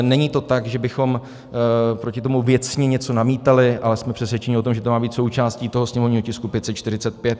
Není to tak, že bychom proti tomu věcně něco namítali, ale jsme přesvědčeni o tom, že to má být součástí sněmovního tisku 545.